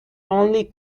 only